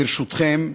ברשותכם,